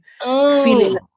feeling